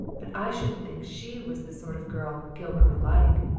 but i shouldn't think she was the sort of girl gilbert would like,